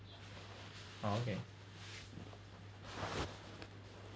oh okay